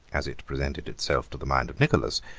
as it presented itself to the mind of nicholas,